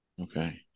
Okay